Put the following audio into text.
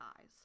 eyes